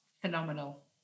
phenomenal